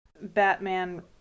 Batman